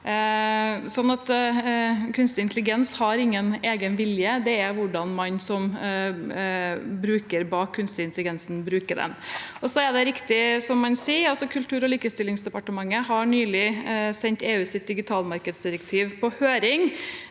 gjør det. Kunstig intelligens har ingen egen vilje, det er hvordan man som bruker bak kunstig intelligens bruker den. Så er det, som man sier, riktig at Kultur- og likestillingsdepartementet nylig har sendt EUs digitalmarkedsdirektiv på høring